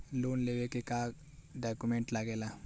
Loan लेवे के का डॉक्यूमेंट लागेला?